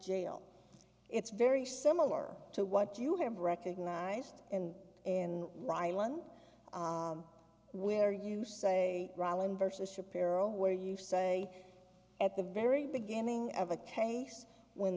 jail it's very similar to what you have recognized and in rylan with her you say rolland versus shapiro where you say at the very beginning of a case when